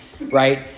right